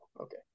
okay